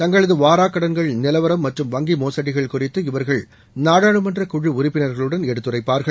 தங்களது வாராக் கடன்கள் நிலவரம் மற்றும் வங்சி மோசடிகள் குறித்து இவர்கள் நாடாளுமன்றக் குழு உறுப்பினர்களிடம் எடுத்துரைப்பார்கள்